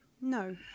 No